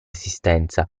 assistenza